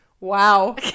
Wow